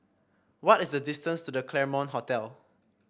what is the distance to The Claremont Hotel